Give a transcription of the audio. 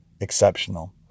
exceptional